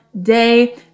day